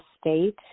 state